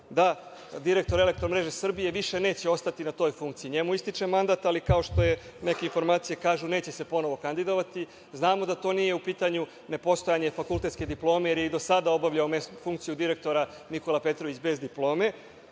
da direktor „Elektromreže Srbije“ više neće ostati na toj funkciji, njemu ističe mandat, ali, kao što neke informacije kažu, neće se ponovo kandidovati. Znamo da to nije u pitanju nepostojanje fakultetske diplome, jer je i do sada obavljao funkciju direktora Nikola Petrović, bez diplome,